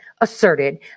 asserted